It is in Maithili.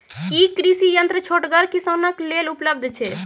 ई कृषि यंत्र छोटगर किसानक लेल उपलव्ध छै?